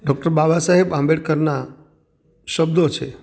doctor Babasaheb આંબેડકરના શબ્દો છે